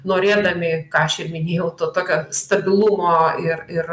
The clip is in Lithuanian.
norėdami ką aš ir minėjau to tokio stabilumo ir ir